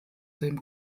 dem